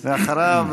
ואחריו,